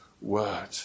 word